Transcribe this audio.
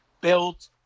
built